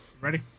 Ready